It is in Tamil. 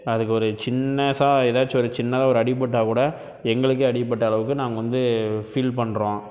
அதுக்கு ஒரு சின்னஸா ஏதாச்சும் ஒரு சின்னதாக ஒரு அடிப்பட்டா கூட எங்களுக்கே அடிப்பட்ட அளவுக்கு நாங்கள் வந்து ஃபீல் பண்ணுறோம்